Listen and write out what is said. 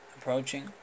approaching